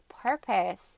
purpose